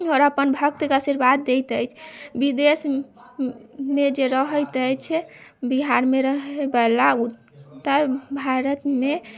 आओर अपन भक्त के आशीर्वाद दैत अछि बिदेश मे जे रहैत अछि बिहार मे रहै बला ओ उत्तर भारत मे